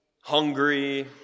hungry